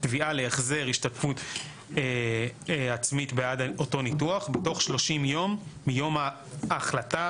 'תביעה להחזר השתתפות עצמית בעד אותו ניתוח בתוך 30 ימים מיום ההחלטה